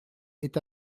est